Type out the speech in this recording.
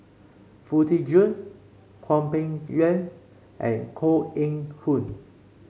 Foo Tee Jun Hwang Peng Yuan and Koh Eng Hoon